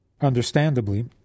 Understandably